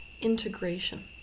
integration